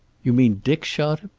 you mean dick shot